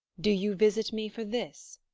do you visit me for this?